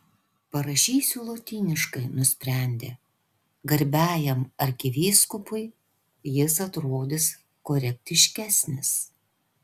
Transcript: parašysiu lotyniškai nusprendė garbiajam arkivyskupui jis atrodys korektiškesnis